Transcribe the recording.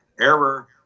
error